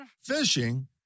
Fishing